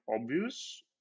obvious